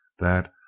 that,